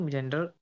Gender